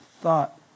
thought